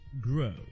grow